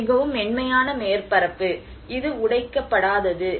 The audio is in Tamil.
இது மிகவும் மென்மையான மேற்பரப்பு இது உடைக்கப்படாதது